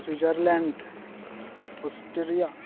Switzerland Australia